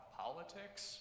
politics